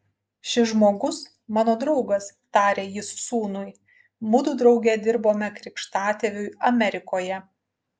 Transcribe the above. šis žmogus mano draugas tarė jis sūnui mudu drauge dirbome krikštatėviui amerikoje